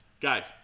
Guys